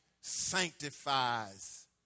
sanctifies